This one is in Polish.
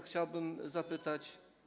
Chciałbym zapytać.